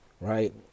right